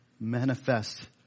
manifest